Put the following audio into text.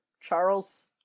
charles